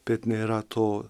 bet nėra to